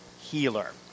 healer